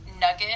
nugget